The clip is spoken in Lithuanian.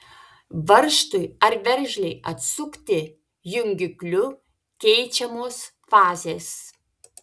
varžtui ar veržlei atsukti jungikliu keičiamos fazės